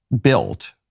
built